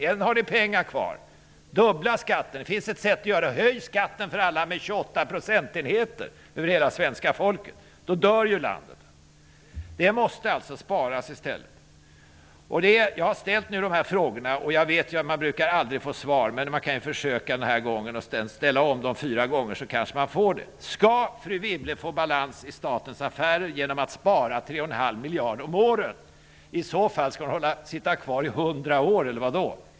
Än har ni pengar kvar! Det finns ett sätt: Höj skatten för alla med 28 procentenheter för hela svenska folket! -- Då dör ju landet. Det måste alltså sparas i stället. Jag har ställt frågor, och jag brukar aldrig få svar. Men jag kan försöka ställa dem fyra gånger, så kanske jag får svar. Skall fru Wibble få balans i statens affärer genom att spara 3,5 miljarder om året? I så fall skulle hon få sitta kvar i 100 år.